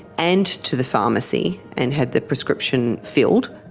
and to the pharmacy and had the prescription filled,